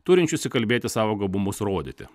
turinčius įkalbėti savo gabumus rodyti